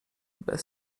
bez